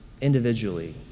individually